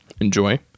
enjoy